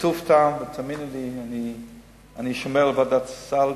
בטוב טעם, ותאמינו שאני שומר על ועדת הסל.